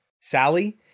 Sally